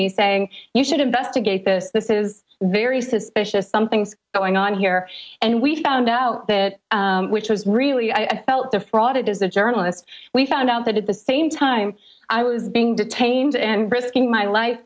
me saying you should investigate this this is very suspicious something's going on here and we found out that which was really i felt the fraud it is the journalists we found out that at the same time i was being detained and risking my life